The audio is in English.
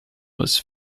was